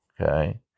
Okay